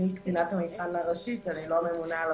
אני קצינת המבחן הראשית, אני לא ממונה על החסות.